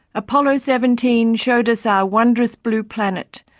apollo seventeen showed us our wondrous blue planet,